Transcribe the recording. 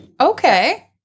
Okay